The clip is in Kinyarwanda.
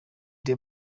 the